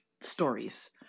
stories